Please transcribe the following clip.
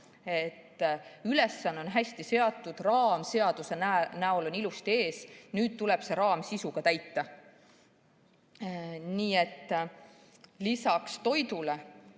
Ülesanne on hästi seatud, see on raamseaduse näol ilusti ees, nüüd tuleb see raam sisuga täita. Nii et lisaks toidule